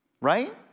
right